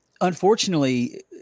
Unfortunately